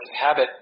habit